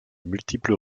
multiples